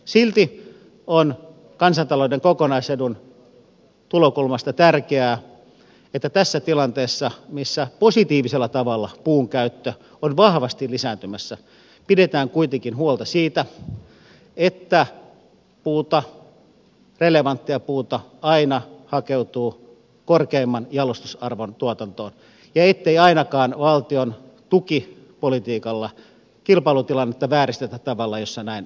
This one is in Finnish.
silti on kansantalouden kokonais edun tulokulmasta tärkeää että tässä tilanteessa missä positiivisella tavalla puunkäyttö on vahvasti lisääntymässä pidetään kuitenkin huolta siitä että puuta relevanttia puuta aina hakeutuu korkeimman jalostusarvon tuotantoon ja ettei ainakaan valtion tukipolitiikalla kilpailutilannetta vääristetä niin ettei näin tapahtuisi